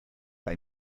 bei